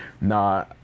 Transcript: Nah